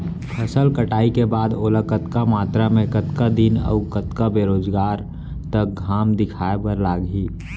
फसल कटाई के बाद ओला कतका मात्रा मे, कतका दिन अऊ कतका बेरोजगार तक घाम दिखाए बर लागही?